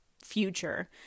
future